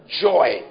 joy